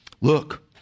Look